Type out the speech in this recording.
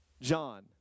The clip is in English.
John